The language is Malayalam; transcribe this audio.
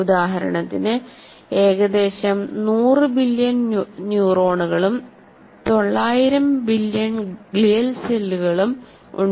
ഉദാഹരണത്തിന് ഏകദേശം 100 ബില്ല്യൺ ന്യൂറോണുകളും 900 ബില്ല്യൺ ഗ്ലിയൽ സെല്ലുകളും ഉണ്ട്